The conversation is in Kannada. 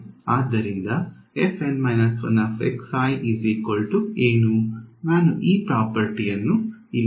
ಆದ್ದರಿಂದ ನಾವು ಈ ಪ್ರಾಪರ್ಟಿ ಅನ್ನು ಇಲ್ಲಿ ಬಳಸೋಣ